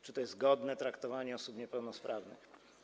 Czy to jest godne traktowanie osób niepełnosprawnych?